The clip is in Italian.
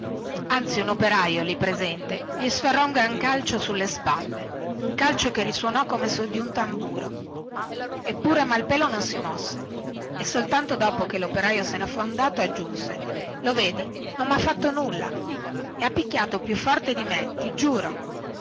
anzi un operaio lì presente gli sferrò un gran calcio sulle spalle un calcio che risuonò come su di un tamburo eppure malpelo non si mosse e soltanto dopo che loperaio se ne fu andato aggiunse lo vedi non mi ha fatto nulla e ha picchiato più forte di me ti giuro